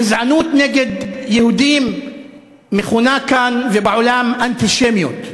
גזענות נגד יהודים מכונה כאן ובעולם אנטישמיות.